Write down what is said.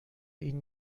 این